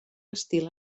estil